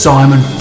Simon